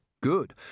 Good